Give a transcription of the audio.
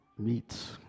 meets